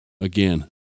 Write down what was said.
again